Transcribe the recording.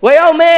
הוא היה אומר,